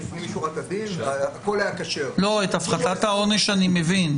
את הפחתת העונש אני מבין.